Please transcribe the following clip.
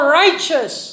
righteous